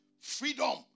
Freedom